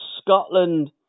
Scotland